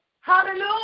hallelujah